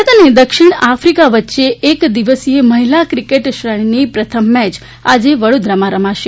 ભારત અને દક્ષિણ આફ્રિકા વચ્ચે એક દિવસીય મહિલા ક્રિકેટ શ્રેણીની પ્રથમ મેય આજે વડોદરામાં રમાશે